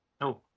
No